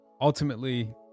Ultimately